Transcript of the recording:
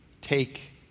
take